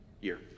year